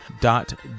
dot